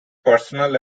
personal